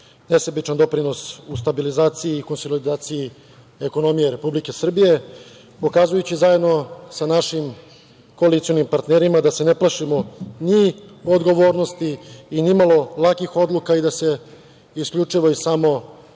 nesebičan doprinos u stabilizaciji i konsolidaciji ekonomije Republike Srbije pokazujući zajedno sa našim koalicionim partnerima da se ne plašimo ni odgovornosti i nimalo lakih odluka i da se isključivo i samo